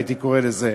הייתי קורא לזה,